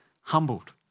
humbled